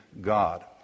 God